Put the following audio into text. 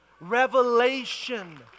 Revelation